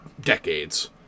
decades